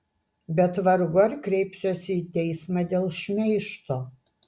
bet vargu ar kreipsiuosi į teismą dėl šmeižto